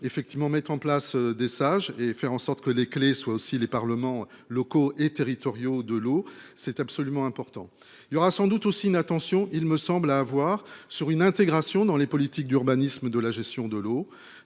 effectivement mettre en place des sages et faire en sorte que les clés soit aussi les parlements locaux et territoriaux de l'eau, c'est absolument important, il y aura sans doute aussi une attention il me semble à avoir sur une intégration dans les politiques d'urbanisme de la gestion de l'eau.